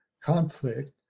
conflict